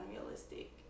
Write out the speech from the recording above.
unrealistic